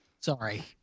Sorry